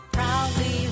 Proudly